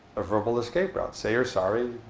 a verbal escape route. say your sorry,